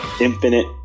infinite